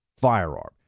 firearm